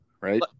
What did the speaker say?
right